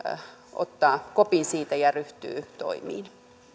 ottaa kopin ja ryhtyy toimiin arvoisa